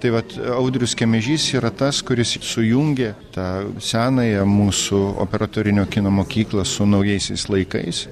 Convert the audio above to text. tai vat audrius kemežys yra tas kuris sujungia tą senąją mūsų operatorinio kino mokyklą su naujaisiais laikais